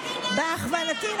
בהכוונתי.